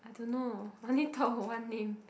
I don't know I only thought of one name